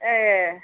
ए